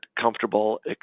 comfortable